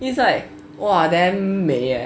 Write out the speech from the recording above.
is like !wah! damn 美 eh